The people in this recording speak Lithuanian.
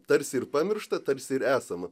tarsi ir pamiršta tarsi ir esama